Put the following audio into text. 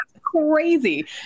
crazy